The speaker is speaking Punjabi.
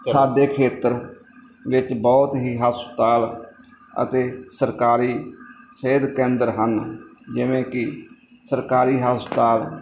ਸਾਡੇ ਖੇਤਰ ਵਿੱਚ ਬਹੁਤ ਹੀ ਹਸਪਤਾਲ ਅਤੇ ਸਰਕਾਰੀ ਸਿਹਤ ਕੇਂਦਰ ਹਨ ਜਿਵੇਂ ਕਿ ਸਰਕਾਰੀ ਹਸਪਤਾਲ